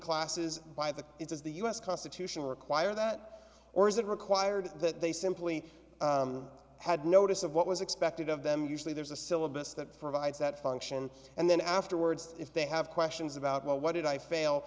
classes by the it's the us constitution require that or is it required that they simply had notice of what was expected of them usually there's a syllabus that provides that function and then afterwards if they have questions about well what did i fail